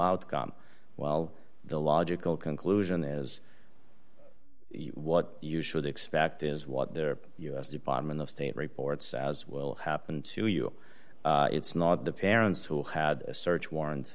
outcome well the logical conclusion is what you should expect is what their us department of state reports as will happen to you it's not the parents who had a search warrant